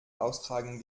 austragen